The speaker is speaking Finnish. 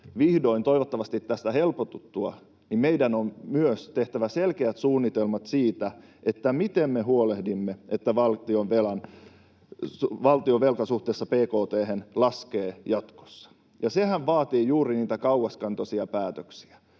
vihdoin toivottavasti tästä helpotuttua meidän on myös tehtävä selkeät suunnitelmat siitä, miten me huolehdimme, että valtionvelka suhteessa bkt:hen laskee jatkossa, ja sehän vaatii juuri niitä kauaskantoisia päätöksiä,